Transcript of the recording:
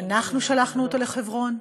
אנחנו שלחנו אותו לחברון,